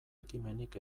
ekimenik